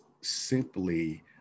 simply